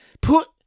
put